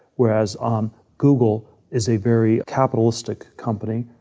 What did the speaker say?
whereas um google is a very capitalistic company,